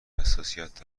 حساسیت